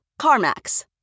CarMax